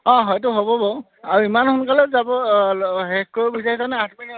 অঁ সেইটো হ'ব বাৰু আৰু ইমান সোনকালে যাব শেষ কৰিব বিচাৰিছে নে আঠ মিনিট হৈছেহে